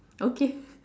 okay